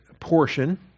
portion